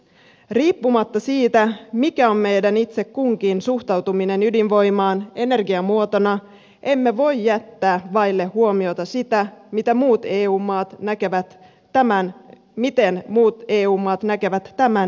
riippumatta siitä mikä on meidän itse kunkin suhtautuminen ydinvoimaan energiamuotona emme voi jättää vaille huomiota sitä miten muut eu maat näkevät tämän mitä ne muut eu maat erityisen hankkeen